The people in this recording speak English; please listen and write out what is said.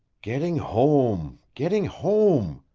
getting home getting home!